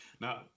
Now